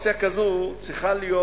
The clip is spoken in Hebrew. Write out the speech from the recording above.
צריכה להיות